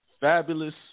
fabulous